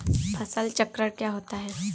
फसल चक्रण क्या होता है?